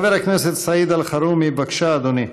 חבר הכנסת סעיד אלחרומי, בבקשה, אדוני.